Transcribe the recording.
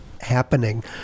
happening